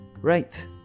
Right